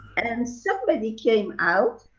and somebody came out,